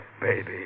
Baby